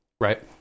right